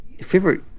Favorite